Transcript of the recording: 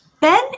Ben